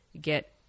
get